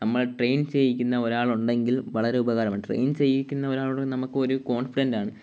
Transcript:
നമ്മളെ ട്രെയിൻ ചെയ്യിക്കുന്ന ഒരാളുണ്ടെങ്കിൽ വളരെ ഉപകാരമാണ് ട്രെയിൻ ചെയ്യിക്കുന്ന ഒരാളുണ്ടെങ്കിൽ നമുക്ക് ഒരു കോൺഫിഡൻറ്റാണ്